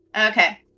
Okay